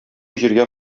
җиргә